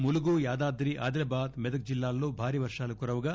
ములుగు యాదాద్రి ఆదిలాబాద్ మెదక్ జిల్లాల్లో భారీ వర్షాలు కురవగా